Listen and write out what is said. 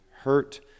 hurt